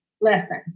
lesson